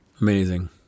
Amazing